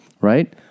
right